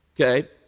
Okay